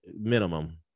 minimum